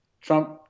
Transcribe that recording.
Trump